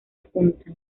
juntan